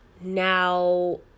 now